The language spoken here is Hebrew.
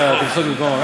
בבקשה.